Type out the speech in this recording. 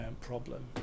problem